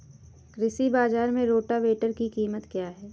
कृषि बाजार में रोटावेटर की कीमत क्या है?